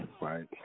right